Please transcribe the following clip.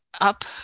up